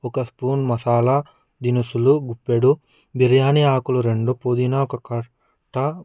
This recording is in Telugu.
ఒక స్పూన్ మసాలా దినుసులు గుప్పెడు బిర్యానీ ఆకులు రెండు పుదీనాకు కట్ట